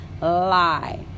lie